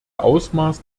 ausmaß